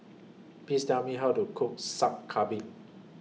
Please Tell Me How to Cook Sup Kambing